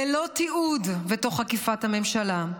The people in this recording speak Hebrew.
ללא תיעוד ותוך עקיפת הממשלה,